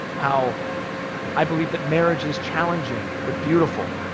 how i believe that marriage is challenging but beautiful,